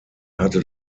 hatte